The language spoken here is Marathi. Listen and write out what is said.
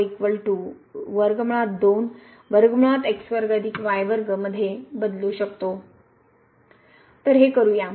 तर आता आपण हे पद येथे बदलू शकतो तर हे करूया